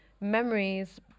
memories